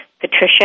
Patricia